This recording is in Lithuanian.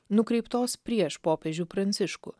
nukreiptos prieš popiežių pranciškų